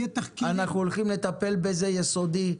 אנחנו הולכים לטפל בזה באופן יסודי.